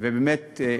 ובאמת,